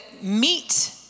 meet